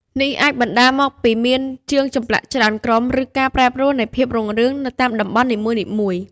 នេះអាចបណ្ដាលមកពីមានជាងចម្លាក់ច្រើនក្រុម ឬការប្រែប្រួលនៃភាពរុងរឿងនៅតាមតំបន់នីមួយៗ។